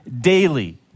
Daily